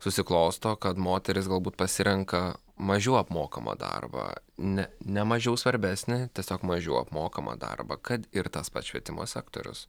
susiklosto kad moterys galbūt pasirenka mažiau apmokamą darbą ne nemažiau svarbesnį tiesiog mažiau apmokamą darbą kad ir tas pats švietimo sektorius